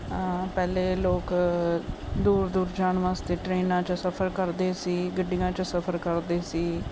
ਪਹਿਲਾਂ ਲੋਕ ਦੂਰ ਦੂਰ ਜਾਣ ਵਾਸਤੇ ਟ੍ਰੇਨਾਂ 'ਚ ਸਫ਼ਰ ਕਰਦੇ ਸੀ ਗੱਡੀਆਂ 'ਚ ਸਫ਼ਰ ਕਰਦੇ ਸੀ